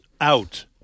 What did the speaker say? out